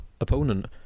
opponent